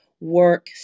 work